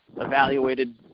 evaluated